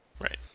Right